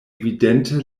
evidente